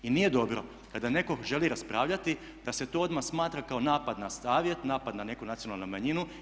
I nije dobro kada netko želi raspravljati da se to odmah smatra kao napad na Savjet, napad na neku nacionalnu manjinu.